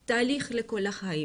להיות יהודייה זה תהליך לכל החיים.